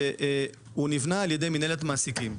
הוא נבנה על ידי מינהלת המעסיקים,